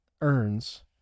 earns